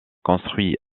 construit